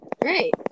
Great